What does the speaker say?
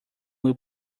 will